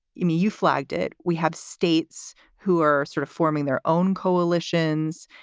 you know, you flagged it. we have states who are sort of forming their own coalitions.